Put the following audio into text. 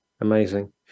amazing